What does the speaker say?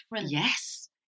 yes